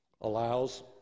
allows